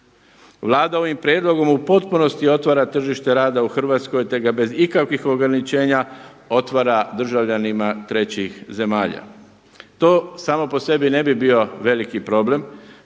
Vlada ovim prijedlogom u potpunosti otvara tržište rada u Hrvatskoj, te ga bez ikakvih ograničenja otvara državljanima trećih zemalja. To samo po sebi ne bi bio veliki problem